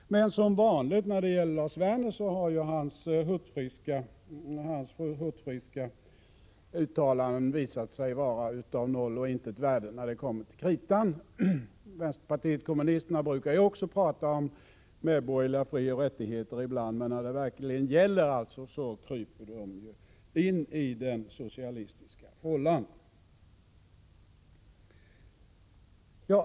Men som vanligt när det gäller Lars Werner har hans hurtfriska uttalanden visat sig vara av noll och intet värde när det kom till kritan. Vänsterpartiet kommunisterna brukar också prata om medborgerliga frioch rättigheter ibland, men när det verkligen gäller kryper man in i den socialistiska fållan.